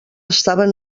estaven